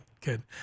Good